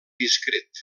discret